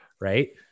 Right